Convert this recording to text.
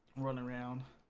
run around